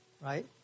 Right